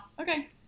Okay